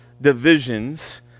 divisions